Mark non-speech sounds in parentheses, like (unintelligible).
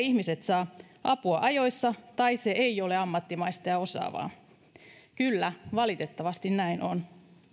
(unintelligible) ihmiset eivät saa apua ajoissa tai se ei ole ammattimaista ja osaavaa kyllä valitettavasti näin on